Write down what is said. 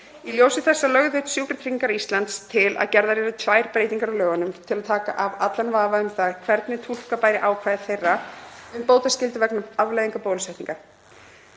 Í ljósi þessa legðu Sjúkratryggingar Íslands til að gerðar yrðu tvær breytingar á lögunum til að taka af allan vafa um hvernig túlka bæri ákvæði þeirra um bótaskyldu vegna afleiðinga bólusetninga.